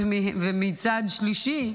ומצד שלישי,